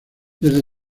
desde